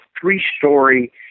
three-story